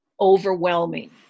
overwhelming